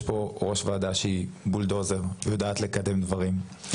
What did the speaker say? יש פה ראש ועדה שהיא בולדוזר, שיודעת לקדם דברים.